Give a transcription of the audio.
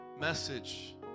message